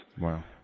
Wow